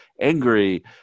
angry